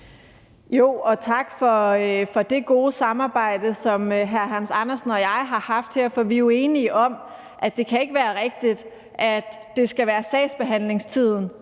tak for det gode samarbejde, som hr. Hans Andersen og jeg har haft her, for vi er jo enige om, at det ikke kan være rigtigt, at det skal være sagsbehandlingstiden,